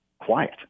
quiet